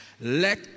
Let